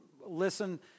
listen